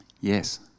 Yes